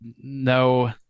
No